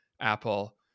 Apple